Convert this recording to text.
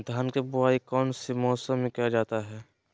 धान के बोआई कौन सी मौसम में किया जाता है?